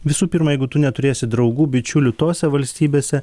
visų pirma jeigu tu neturėsi draugų bičiulių tose valstybėse